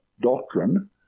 doctrine